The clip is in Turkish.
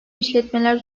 işletmeler